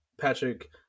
Patrick